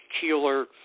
Keeler